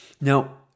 Now